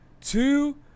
Two